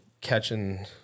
catching